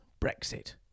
Brexit